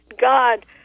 God